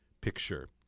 picture